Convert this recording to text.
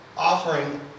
Offering